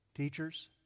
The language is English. teachers